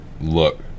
look